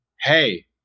Hey